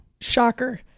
Shocker